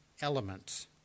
elements